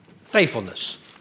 faithfulness